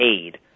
aid